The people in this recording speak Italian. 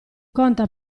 conta